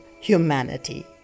humanity